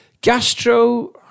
gastro